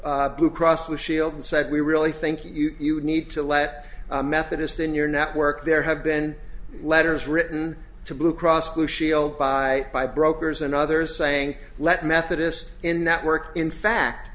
to blue cross blue shield and said we really think you'd need to let methodist in your network there have been letters written to blue cross blue shield by by brokers and others saying let methodist in network in fact